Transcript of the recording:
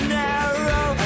narrow